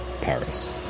Paris